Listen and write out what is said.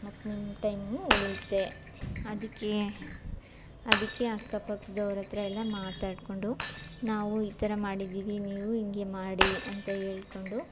ಮತ್ತು ನಿಮ್ಮ ಟೈಮು ಉಳಿಯುತ್ತೆ ಅದಕ್ಕೆ ಅದಕ್ಕೆ ಅಕ್ಕಪಕದವ್ರತ್ರ ಎಲ್ಲ ಮಾತಾಡಿಕೊಂಡು ನಾವು ಈ ಥರ ಮಾಡಿದ್ದೀವಿ ನೀವು ಹಿಂಗೆ ಮಾಡಿ ಅಂತ ಹೇಳ್ಕೊಂಡು